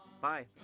Bye